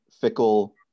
fickle